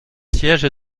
siège